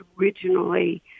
originally